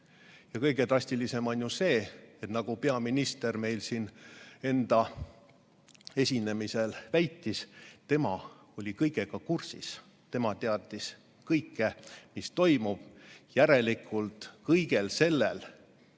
Kõige drastilisem on ju see, et nagu peaminister meil siin esinedes väitis, tema oli kõigega kursis, tema teadis kõike, mis toimub. Järelikult oli kõigel sellel